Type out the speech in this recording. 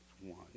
one